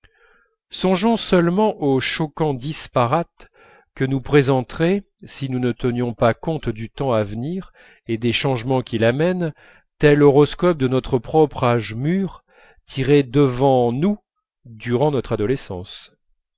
songeons seulement aux choquants disparates que nous présenterait si nous ne tenions pas compte du temps à venir et des changements qu'il amène tel horoscope de notre propre âge mûr tiré devant nous durant notre adolescence